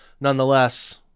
Nonetheless